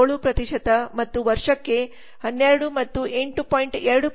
7 ಮತ್ತು ವರ್ಷಕ್ಕೆ 12 ಮತ್ತು 8